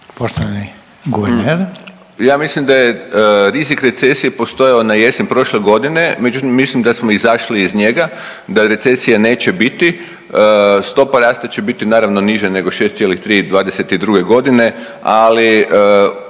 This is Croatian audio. **Vujčić, Boris** Ja mislim da je rizik recesije postojao na jesen prošle godine, međutim mislim da smo izašli iz njega, da recesije neće biti, stopa rasta će biti naravno niža nego 6,3 '22.g., ali